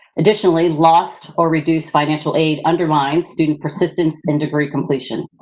additionally, lost or reduced financial aid undermines student persistence and degree completion.